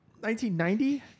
1990